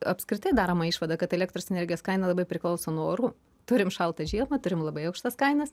apskritai daroma išvada kad elektros energijos kaina labai priklauso nuo orų turim šaltą žiemą turim labai aukštas kainas